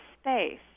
space